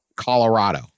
Colorado